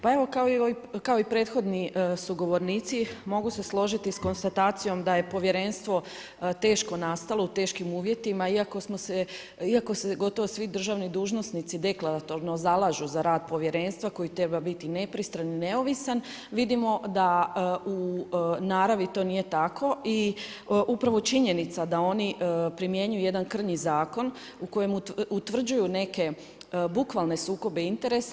Pa evo kao i prethodni sugovornici, mogu se složiti sa konstatacijom da je povjerenstvo teško nastalo, u teškim uvjetima iako se gotovo svi državni dužnosnici deklaratorno zalažu za rad povjerenstva koji treba biti nepristran i neovisan, vidimo da u naravi to nije tako i upravo činjenica da oni primjenjuju jedan krnji zakon u kojemu utvrđuju neke bukvalne sukobe interesa.